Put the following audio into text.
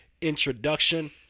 introduction